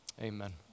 Amen